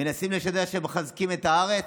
מנסים לשדר שהם מחזקים את הארץ?